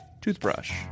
toothbrush